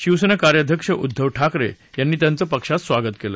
शिवसेना कार्याध्यक्ष उद्धव ठाकरे यांनी त्यांचं पक्षात स्वागत केलं